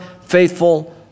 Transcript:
faithful